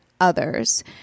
others